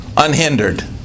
unhindered